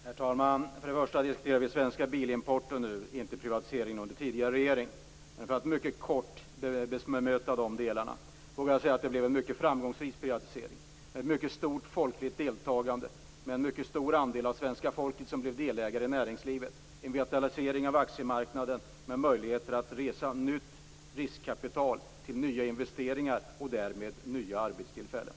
Herr talman! Först och främst diskuterar vi nu den svenska bilimporten, inte privatiseringen under tidigare regering. Jag vågar säga att det blev en mycket framgångsrik privatisering med mycket stort folkligt deltagande av en mycket stor andel av svenska folket som blev delägare i näringslivet. Det blev en vitalisering av aktiemarknaden med möjligheter att tillföra nytt riskkapital till nya investeringar och därmed nya arbetstillfällen.